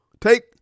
Take